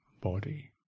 body